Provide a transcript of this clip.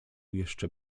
jeszcze